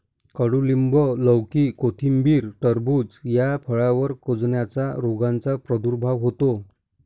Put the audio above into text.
कडूलिंब, लौकी, कोथिंबीर, टरबूज या फळांवर कुजण्याच्या रोगाचा प्रादुर्भाव होतो